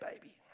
baby